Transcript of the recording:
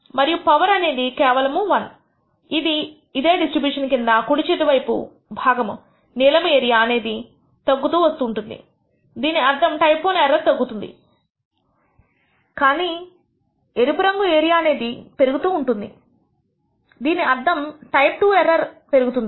మరియు పవర్ అనేది కేవలము 1 ఇది ఇదే డిస్ట్రిబ్యూషన్ కింద ఉన్న కుడి చేతి వైపు భాగము నీలం ఏరియా అనేది తగ్గుతుంది వస్తుంది దీని అర్థం టైప్ I ఎర్రర్ తగ్గుతుంది కానీ నీ మీద ఎరుపు రంగు ఏరియా అనేది తేదీ పెరుగుతుంది దీని అర్థం టైప్ II ఎర్రర్ పెరుగుతుంది